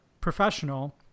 professional